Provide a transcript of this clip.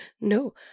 no